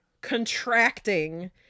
contracting